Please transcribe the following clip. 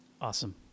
Awesome